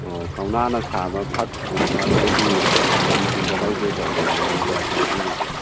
ꯑꯣ ꯀꯧꯅꯥꯅ ꯁꯥꯕ ꯐꯛꯀꯨꯝꯕ ꯑꯩꯈꯣꯏꯒꯤ ꯇꯨꯄꯤꯒꯨꯝꯕ ꯂꯧꯒꯦ ꯇꯧꯕ ꯃꯃꯜ ꯀꯌꯥ ꯀꯌꯥ ꯄꯤꯔꯤꯒꯦ